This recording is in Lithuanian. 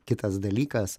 kitas dalykas